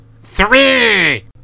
three